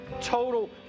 total